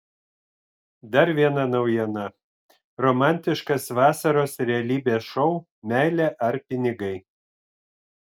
dar viena naujiena romantiškas vasaros realybės šou meilė ar pinigai